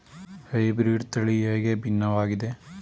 Hybrid ತಳಿ ಹೇಗೆ ಭಿನ್ನವಾಗಿದೆ?